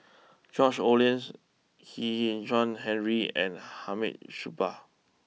George Oehlers Kwek Hian Chuan Henry and Hamid Supaat